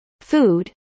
food